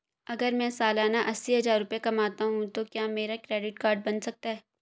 अगर मैं सालाना अस्सी हज़ार रुपये कमाता हूं तो क्या मेरा क्रेडिट कार्ड बन सकता है?